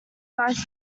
vice